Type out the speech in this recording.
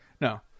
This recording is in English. No